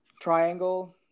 triangle